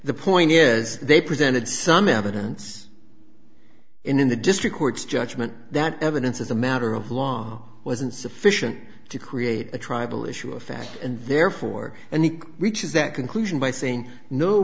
the point is they presented some evidence in the district court's judgment that evidence as a matter of law wasn't sufficient to create a tribal issue a fact and therefore and he reaches that conclusion by saying no